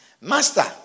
Master